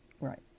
Right